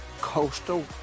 coastal